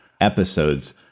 episodes